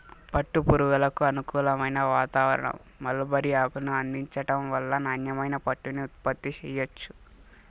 పట్టు పురుగులకు అనుకూలమైన వాతావారణం, మల్బరీ ఆకును అందించటం వల్ల నాణ్యమైన పట్టుని ఉత్పత్తి చెయ్యొచ్చు